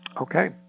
okay